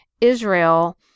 Israel